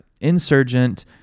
insurgent